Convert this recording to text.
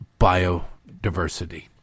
biodiversity